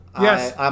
Yes